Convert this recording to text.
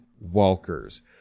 Walker's